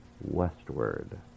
westward